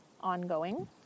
ongoing